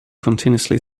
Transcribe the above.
continuously